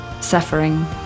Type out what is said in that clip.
suffering